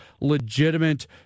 legitimate